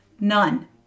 None